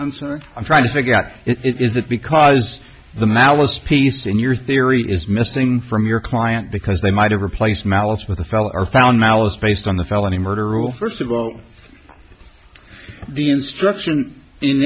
yes i'm trying to figure out it is that because the malice piece in your theory is missing from your client because they might have replaced malice with a feller found malice based on the felony murder rule first of all the instruction